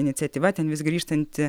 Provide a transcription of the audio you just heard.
iniciatyva ten vis grįžtanti